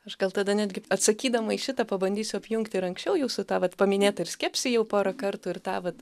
aš gal tada netgi atsakydama į šitą pabandysiu apjungti ir anksčiau jūsų tą vat paminėtą ir skepsį jau porą kartų ir tą vat